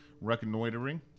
reconnoitering